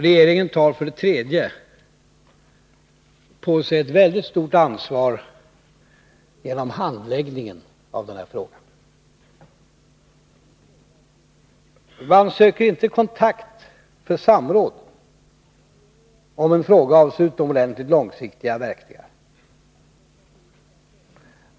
Regeringen tar för det tredje på sig ett mycket stort ansvar genom handläggningen av den här frågan. Man söker inte kontakt för samråd om en fråga med så utomordentligt långsiktiga verkningar som denna.